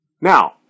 Now